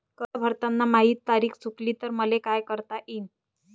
कर्ज भरताना माही तारीख चुकली तर मले का करता येईन?